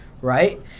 Right